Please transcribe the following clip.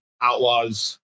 outlaws